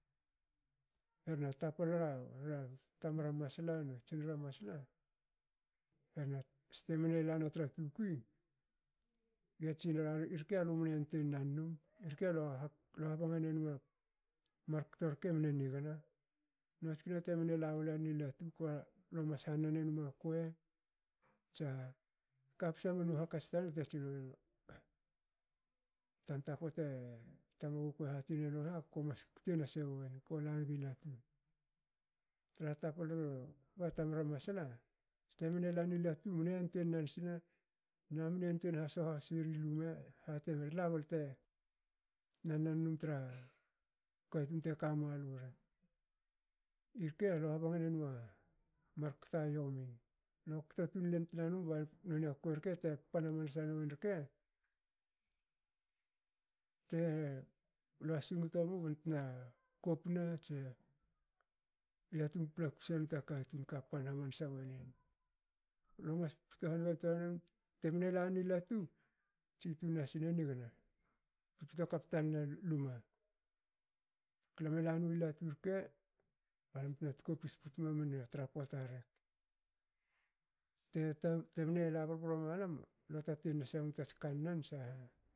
Herna tapala tamara masla nu tsinara masla hena ste mne lana tra tukui. ge tsinera irke lumne antuen nan num. irke lo habnga nenma mar kto mne nigana nots kina temne lawo lalen i latu kba lo mas hanan enma kuei tsa kapsa menu hakats tanen bte tsi nenu tanta pote tamagukue hati nenua ha komas kute nase guen kola nigi latu traha taplru bu tamara masla ste mne lanui latu mne yantuei nan sne na mne yantuei ha soho has eri lume. hate meri,"la balte na nan num tra katun teka malu rek". irke lo habangin enma mar kto yomi. na kto tun lol tnanu ba nonia kuei rke te pan hamansa nuin rke bte lue singto mu bantna kopna tse yatung paplaku senu ta katun kapan hamansa wonen. Lo mas pipito hanigantoa num. temne lanin i latu tsitun nasina nigna pipto kap tanina luma. Lame lanmi latu rke balam tna tkopis puts mamana tra pota rek temne la bro bro malam lue tatin lu hasemu tats kannan sa